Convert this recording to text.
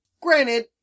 Granted